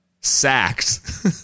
sacked